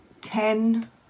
ten